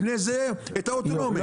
לפני זה את האוטונומית.